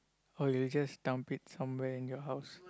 or you just dump it somewhere in your house